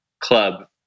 club